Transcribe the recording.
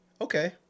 Okay